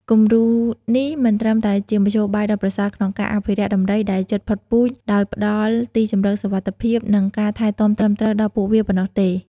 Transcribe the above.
គំរូនេះមិនត្រឹមតែជាមធ្យោបាយដ៏ប្រសើរក្នុងការ អភិរក្សដំរីដែលជិតផុតពូជ ដោយផ្តល់ទីជម្រកសុវត្ថិភាព និងការថែទាំត្រឹមត្រូវដល់ពួកវាប៉ុណ្ណោះទេ។